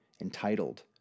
entitled